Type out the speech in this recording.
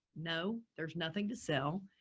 no, there's nothing to sell.